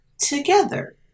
together